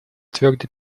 твердо